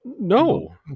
No